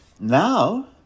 Now